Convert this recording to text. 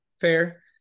fair